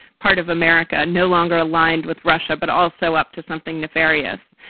part of america no longer aligned with russia, but also up to something nefarious.